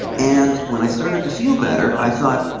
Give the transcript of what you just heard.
and when i started to feel better i thought,